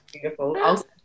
beautiful